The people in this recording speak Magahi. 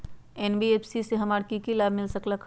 एन.बी.एफ.सी से हमार की की लाभ मिल सक?